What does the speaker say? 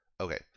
Okay